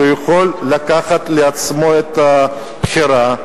שיכול לקחת על עצמו את הבחירה.